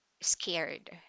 scared